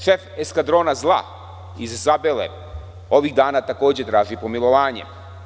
Šef eskadrona zla iz Zabele ovih dana takođe traži pomilovanje.